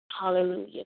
Hallelujah